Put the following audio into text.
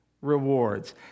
rewards